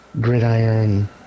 Gridiron